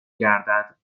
گردد